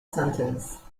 sentence